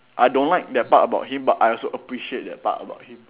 I don't like that part about him but I also appreciate that part about him